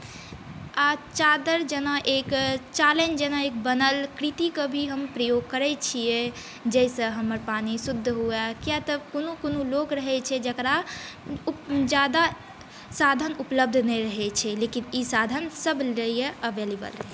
आ चादरि जेना एक चालनि जेना एक बनल कृतिकऽभी हम प्रयोग करै छियै जाहिसँ हमर पानि शुद्ध हुए किआ तऽ कोनो कोनो लोक रहै छै जकरा ज्यादा साधन उपलब्ध नहि रहै छै लेकिन ई साधन सभ लिए एविलेबल रहै छै